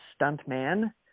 stuntman